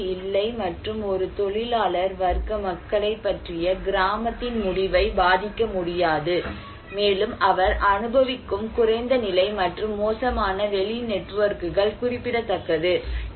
வெளியில் இல்லை மற்றும் ஒரு தொழிலாளர் வர்க்க மக்களைப் பற்றிய கிராமத்தின் முடிவை பாதிக்க முடியாது மேலும் அவர் அனுபவிக்கும் குறைந்த நிலை மற்றும் மோசமான வெளி நெட்வொர்க்குகள் குறிப்பிடத்தக்கது